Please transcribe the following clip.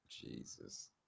jesus